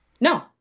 No